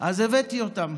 אז הבאתי אותם,